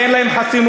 ואין להם חסינות,